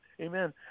amen